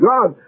God